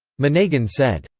monegan said.